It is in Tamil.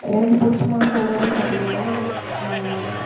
எனக்கு பிடிச்சமான உணவுன்னு பார்த்தீங்கன்னா